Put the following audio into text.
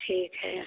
ठीक है